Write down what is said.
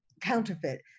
counterfeit